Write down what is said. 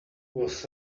was